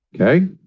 okay